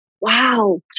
Wow